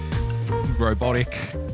Robotic